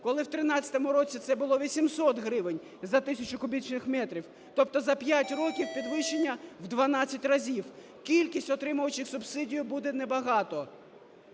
коли в 13-му році це було 800 гривень за тисячу кубічних метрів. Тобто за 5 років підвищення в 12 разів. Кількість отримувачів субсидій буде не багато.